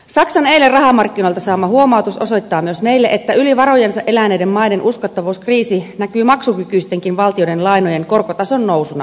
saksan eilen rahamarkkinoilta saama huomautus osoittaa myös meille että yli varojensa eläneiden maiden uskottavuuskriisi näkyy maksukykyistenkin valtioiden lainojen korkotason nousuna väistämättä